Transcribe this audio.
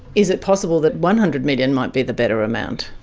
is it possible that one hundred million might be the better amount?